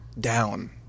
down